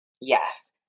Yes